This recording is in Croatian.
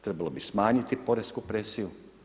Trebalo bi smanjiti poresku presiju.